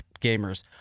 gamers